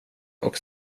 och